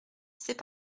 c’est